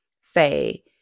say